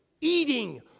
eating